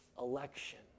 election